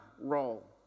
role